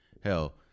Hell